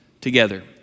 together